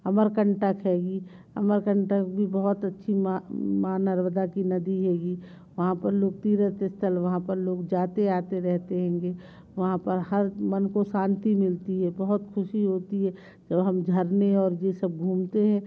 अमरकंटक हैगी अमरकंटक भी बहुत अच्छी माँ माँ नर्मदा की नदी हैगी वहाँ पर लोग तीर्थ स्थल वहाँ पर लोग जाते आते रहते हैंगे वहाँ पर हर मन को शांति मिलती है बहुत ख़ुशी होती है जब हम झरने और ये सब घूमते हैं